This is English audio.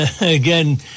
again